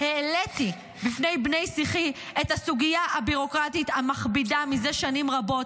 העליתי בפני בני שיחי את הסוגיה הביורוקרטית המכבידה זה שנים רבות,